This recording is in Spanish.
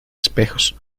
espejos